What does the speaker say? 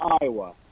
Iowa